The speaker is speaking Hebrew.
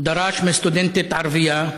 דרש מסטודנטית ערבייה,